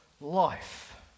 life